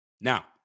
Now